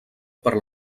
per